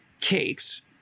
cakes